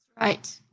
Right